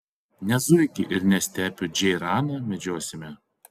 ne zuikį ir ne stepių džeiraną medžiosime